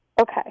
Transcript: Okay